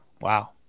Wow